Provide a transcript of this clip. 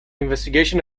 investigation